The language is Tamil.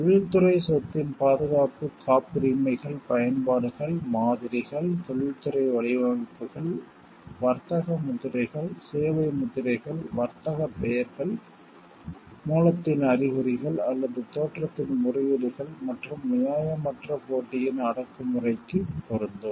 தொழில்துறை சொத்தின் பாதுகாப்பு காப்புரிமைகள் பயன்பாடுகள் மாதிரிகள் தொழில்துறை வடிவமைப்புகள் வர்த்தக முத்திரைகள் சேவை முத்திரைகள் வர்த்தகப் பெயர்கள் மூலத்தின் அறிகுறிகள் அல்லது தோற்றத்தின் முறையீடுகள் மற்றும் நியாயமற்ற போட்டியின் அடக்குமுறைக்கு பொருந்தும்